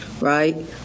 right